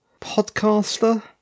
podcaster